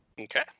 Okay